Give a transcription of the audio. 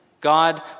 God